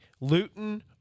Luton